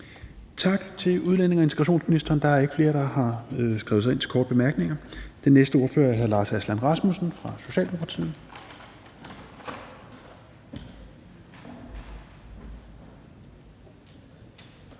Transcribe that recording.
Tak til udlændinge- og integrationsministeren. Der er ikke flere, der har skrevet sig ind til korte bemærkninger. Den næste ordfører er hr. Lars Aslan Rasmussen fra Socialdemokratiet.